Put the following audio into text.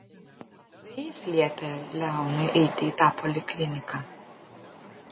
tai jis liepė leonui eiti į tą polikliniką